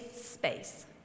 space